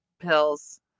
pills